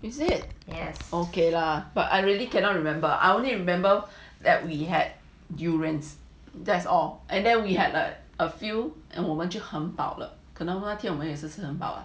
is it yes okay lah but I really cannot remember I only remember that we had durians that's all and then we had a few 我们就很饱了我们那天可能也是吃很饱 lah